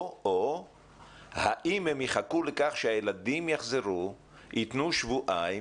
או האם הם יחכו לכך שהילדים יחזרו ויתנו שבועיים?